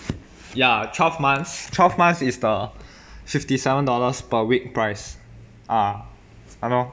ya twelve months twelve months is the fifty seven dollars per week price ah !hannor!